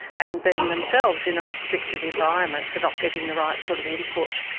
and being themselves in a restricted environment, so not getting the right sort of input.